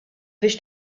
biex